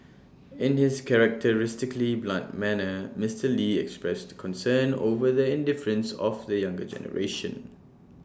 in his characteristically blunt manner Mister lee expressed concern over the indifference of the younger generation